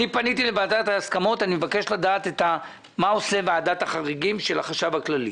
פניתי לוועדת ההסכמות בבקשה לדעת מה עושה ועדת החריגים של החשב הכללי.